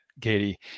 Katie